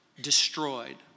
destroyed